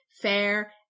fair